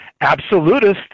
absolutist